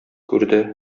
күрде